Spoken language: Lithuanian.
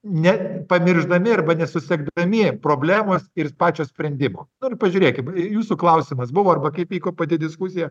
ne pamiršdami arba nesusekdami problemos ir pačio sprendimo nu ir pažiūrėkim jūsų klausimas buvo arba kaip vyko pati diskusija